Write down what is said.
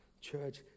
Church